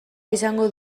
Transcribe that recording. izango